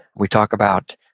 we talk about,